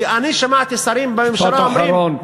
כי אני שמעתי שרים בממשלה אומרים, משפט אחרון.